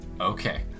okay